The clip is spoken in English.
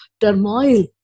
turmoil